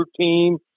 team